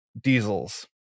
diesels